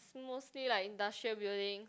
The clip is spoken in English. it's mostly like industrial building